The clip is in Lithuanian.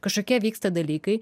kažkokie vyksta dalykai